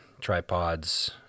tripods